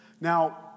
Now